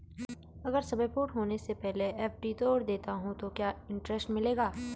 अगर समय पूर्ण होने से पहले एफ.डी तोड़ देता हूँ तो क्या इंट्रेस्ट मिलेगा?